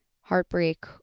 heartbreak